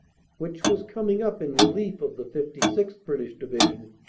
which was coming up in relief of the fifty sixth. british division,